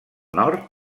nord